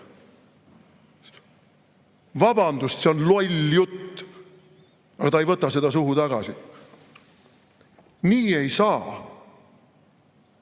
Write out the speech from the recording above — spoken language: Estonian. Vabandust, see on loll jutt! Aga ta ei võta seda suhu tagasi. Nii ei